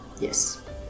Yes